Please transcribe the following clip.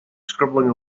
scribbling